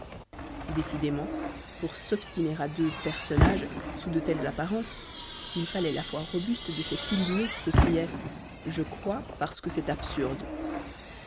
décidément pour s'obstiner à voir deux personnages sous de telles apparences il fallait la foi robuste de cet illuminé qui s'écriait je crois parce que c'est absurde